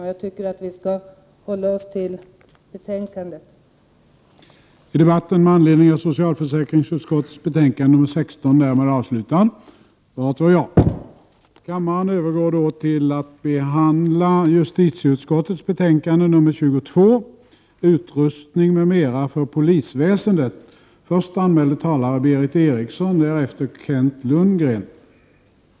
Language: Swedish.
Men jag tycker att vi skall hålla oss till betänkandet som kammaren nu behandlar.